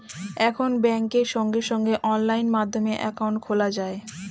এখন ব্যাংকে সঙ্গে সঙ্গে অনলাইন মাধ্যমে অ্যাকাউন্ট খোলা যায়